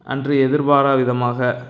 அன்று எதிர்பாராத விதமாக